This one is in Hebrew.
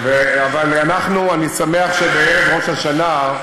אני שמח שבערב ראש השנה,